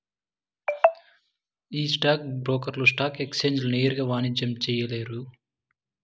ఈ స్టాక్ బ్రోకర్లు స్టాక్ ఎక్సేంజీల నేరుగా వాణిజ్యం చేయలేరు